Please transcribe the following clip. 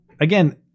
again